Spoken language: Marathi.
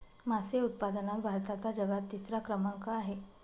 मासे उत्पादनात भारताचा जगात तिसरा क्रमांक आहे